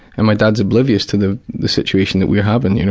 and my dad's oblivious to the situation that we're having,